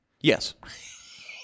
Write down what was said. Yes